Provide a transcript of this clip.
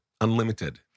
unlimited